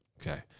Okay